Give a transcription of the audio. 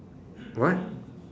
what